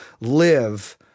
live